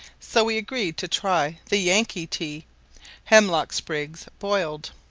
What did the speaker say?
so we agreed to try the yankee tea hemlock sprigs boiled.